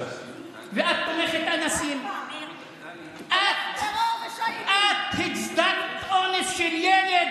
ואנשים בשדרות ובסביבה, אני נועל את הרשימה.